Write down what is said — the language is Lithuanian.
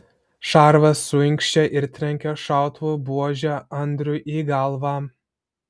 šarvas suinkščia ir trenkia šautuvo buože andriui į galvą